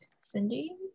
Cindy